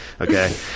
okay